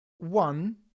One